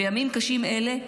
בימים קשים אלה,